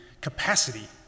capacity